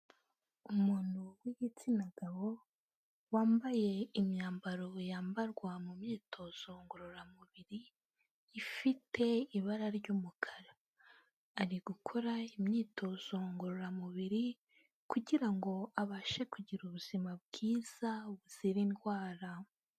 Umuntu w'igitsina gabo wambaye imyambaro yambarwa mu myitozo ngororamubiri, ifite ibara ry'umukara ari gukora imyitozo ngororamubiri kugira ngo abashe kugira ubuzima bwiza buzira indwara.